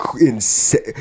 insane